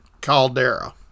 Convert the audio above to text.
Caldera